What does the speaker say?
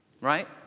Right